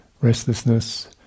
restlessness